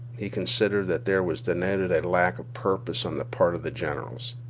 he considered that there was denoted a lack of purpose on the part of the generals.